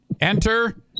enter